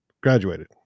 graduated